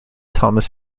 thomas